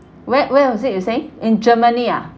where where was it you say in germany ah